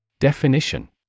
Definition